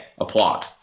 applaud